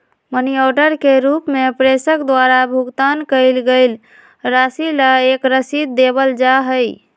money order के रूप में प्रेषक द्वारा भुगतान कइल गईल राशि ला एक रसीद देवल जा हई